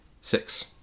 six